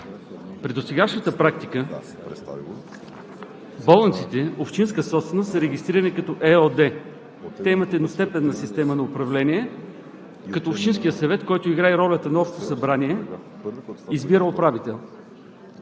При досегашната практика болниците – общинска собственост, са регистрирани като ЕООД. Те имат едностепенна система на управление като Общинският съвет, който играе ролята на Общо събрание избира управител